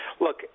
look